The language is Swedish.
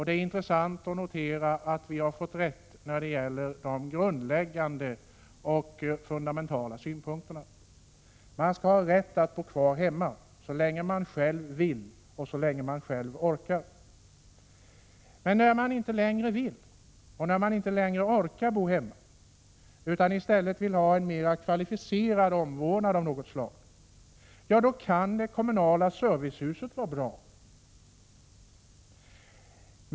Det är intressant att notera att vi har fått rätt när det gäller de grundläggande synpunkterna: Man skall ha rätt att bo kvar hemma så länge man själv vill och orkar. Men när man inte längre vill eller orkar bo hemma utan i stället vill ha mer kvalificerad omvårdnad av något slag, kan det kommunala servicehuset vara bra.